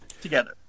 together